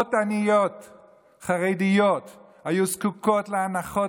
כשאימהות עניות חרדיות היו זקוקות להנחות